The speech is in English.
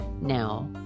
Now